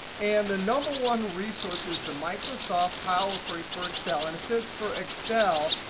and the number one resource is the microsoft power query for excel. and it says for excel,